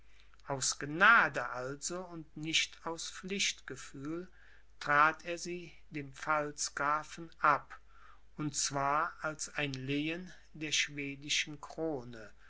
aus gnade also und nicht aus pflichtgefühl trat er sie dem pfalzgrafen ab und zwar als ein lehen der schwedischen krone